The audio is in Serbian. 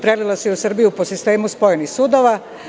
Prenela se u Srbiju po sistemu spojenih sudova.